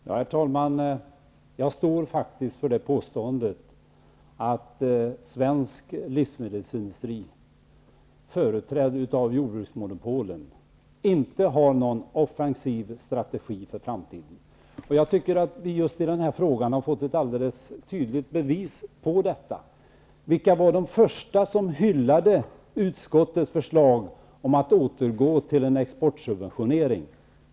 Herr talman! Jag står faktiskt för påståendet att svensk livsmedelsindustri, företrädd av jordbruksmonopolen, inte har någon offensiv strategi inför framtiden. Jag tycker att vi har fått ett tydligt bevis på detta. Vilka var de första som hyllade utskottets förslag om att återgå till en exportsubventionering?